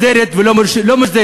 לא מוסדרת ולא מורשית.